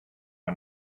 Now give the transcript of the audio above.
for